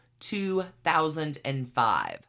2005